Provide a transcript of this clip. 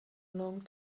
long